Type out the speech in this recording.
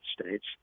States